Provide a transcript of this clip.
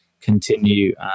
continue